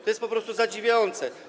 To jest po prostu zadziwiające.